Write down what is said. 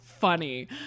funny